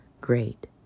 Great